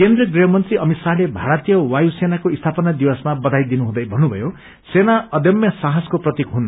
केन्द्रिय गृहमंत्रीा अमित शाहले भारतीय वायुसेनाको स्थापना दिवसमा बधाई दिनुहुँदै भन्नुभयो सेना अदम्य साहसको प्रतीक हुन्